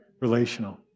relational